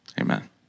Amen